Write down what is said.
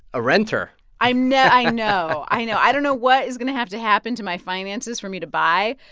a renter i know. i know, i know. i don't know what is going to have to happen to my finances for me to buy,